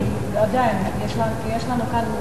כי יש לנו כאן,